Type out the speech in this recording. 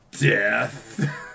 death